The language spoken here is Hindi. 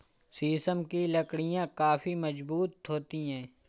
शीशम की लकड़ियाँ काफी मजबूत होती हैं